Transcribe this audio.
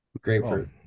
Grapefruit